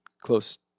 close